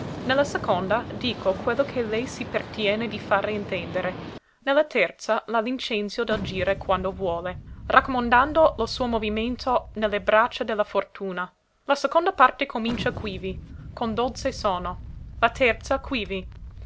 la seconda dico quello che lei si pertiene di fare intendere ne la terza la licenzio del gire quando vuole raccomandando lo suo movimento ne le braccia de la fortuna la seconda parte comincia quivi con dolze sono la terza quivi